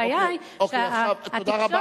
הבעיה היא שהתקשורת, אוקיי, אוקיי, תודה רבה.